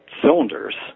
cylinders